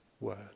word